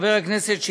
חבר הכנסת,